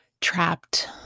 trapped